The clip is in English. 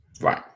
right